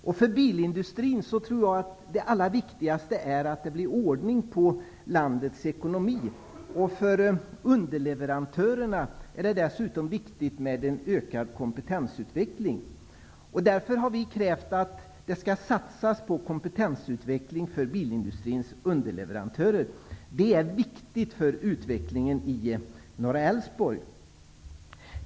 Jag tror att det allra viktigaste för bilindustrin är att det blir ordning på landets ekonomi. För underleverantörerna är det dessutom viktigt med en ökad kompetensutveckling. Därför har vi krävt att det skall satsas på kompetensutveckling för bilindustrins underleverantörer. Det är viktigt för utvecklingen i Norra Älvsborg.